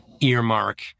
earmark